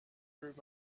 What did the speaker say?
through